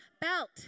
belt